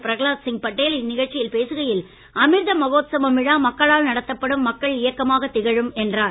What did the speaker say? பிரகலாத் சிங் படேல் இந்நிகழ்ச்சியில் பேசுகையில் அமிர்த மகோத்சவம் விழா மக்களால் நடத்தப்படும் மக்கள் இயக்கமாகத் திகழும் என்றார்